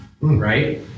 Right